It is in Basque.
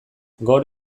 gaur